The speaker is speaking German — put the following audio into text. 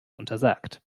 untersagt